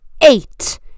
Eight